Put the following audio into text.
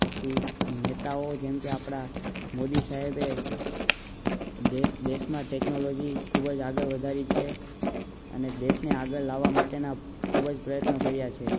પછી નેતાઓ જેમકે આપણા મોદી સાહેબે દેશમાં ટેકનોલોજી ખૂબ જ આગળ વધારી છે અને દેશને આગળ લાવવા માટેના ખૂબ જ પ્રયત્નો કર્યા છે